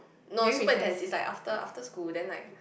no it's super intense it's like after after school then like